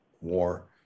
war